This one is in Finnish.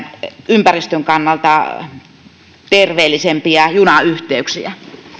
ympäristön kannalta terveellisempiä junayhteyksiä